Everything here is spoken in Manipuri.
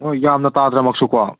ꯍꯣꯏ ꯌꯥꯝꯅ ꯇꯥꯗ꯭ꯔꯃꯛꯁꯨꯀꯣ